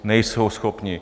Nejsou schopni.